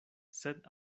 sed